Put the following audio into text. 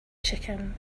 chicken